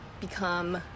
become